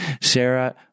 Sarah